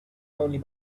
only